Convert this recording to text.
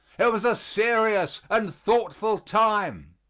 it was a serious and thoughtful time.